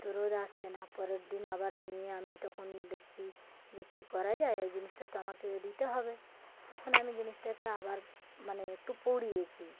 তো রোদ আসছে না পরের দিন আবার নিয়ে আমি তখন দেখছি যে কী করা যায় ওই জিনিসটা তো আমাকে দিতে হবে তখন আমি জিনিসটাকে আবার মানে একটু পুড়িয়েছি